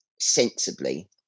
sensibly